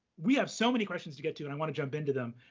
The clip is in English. we have so many questions to get to, and i wanna jump into them.